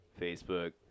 Facebook